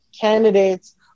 candidates